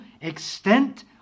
extent